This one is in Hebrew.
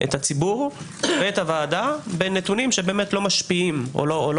את הציבור ואת הוועדה בנתונים שלא משפיעים או לא